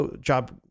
job